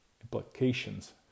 implications